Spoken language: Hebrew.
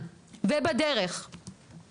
לא טרח לבוא ולבדוק מה קרה עם העולים שהגיעו מאוקראינה,